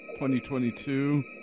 2022